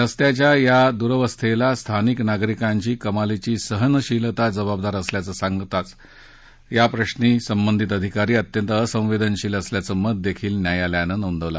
रस्त्यांच्या या दुरवस्थेला स्थानिक नागरिकांची कमालीची सहनशीलता जबाबदार असल्याचं सांगतानाच याप्रश्री संबंधित अधिकारी अत्यंत असंवेदनशील असल्याचं मतही न्यायालयानं नोंदवलं